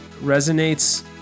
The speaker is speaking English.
resonates